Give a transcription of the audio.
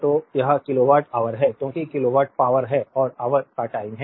तो वह kilowatt hour है क्योंकि किलोवाट पावरहै और ऑवर का टाइम है